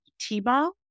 T-ball